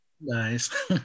Nice